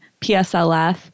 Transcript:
PSLF